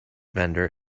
vendor